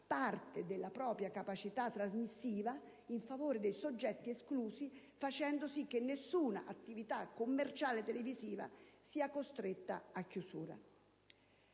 parte della propria capacità trasmissiva in favore dei soggetti esclusi, facendo sì che nessuna attività commerciale televisiva sia costretta a chiusura.